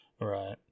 Right